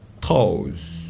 toes